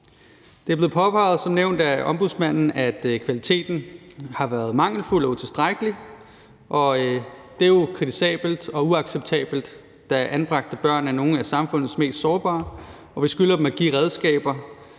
nævnt blevet påpeget af Ombudsmanden, at kvaliteten har været mangelfuld og utilstrækkelig, og det er jo kritisabelt og uacceptabelt, da anbragte børn er nogle af samfundets mest sårbare, og vi skylder dem at give dem